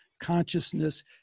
consciousness